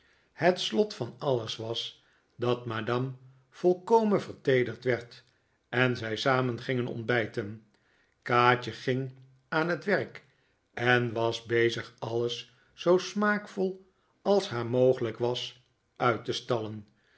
het slot van alles was dat madame volkomen verteederd werd en zij samen gingen ontbijten kaatje ging aan het werk en was bezig alles zoo smaakvol als haar mogelijk was uit te stallen